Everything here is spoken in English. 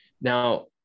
Now